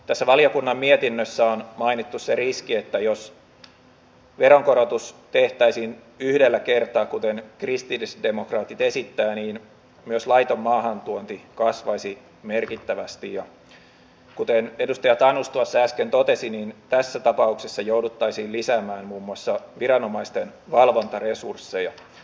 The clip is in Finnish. tässä valiokunnan mietinnössä on mainittu se riski että jos veronkorotus tehtäisiin yhdellä kertaa kuten kristillisdemokraatit esittää niin myös laiton maahantuonti kasvaisi merkittävästi ja kuten edustaja tanus tuossa äsken totesi tässä tapauksessa jouduttaisiin lisäämään muun muassa viranomaisten valvontaresursseja